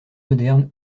moderne